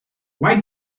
why